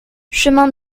chemin